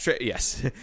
yes